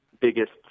biggest